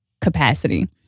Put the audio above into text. capacity